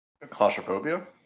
Claustrophobia